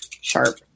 sharp